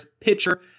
pitcher